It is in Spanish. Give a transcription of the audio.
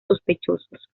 sospechosos